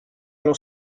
allo